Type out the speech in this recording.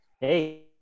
hey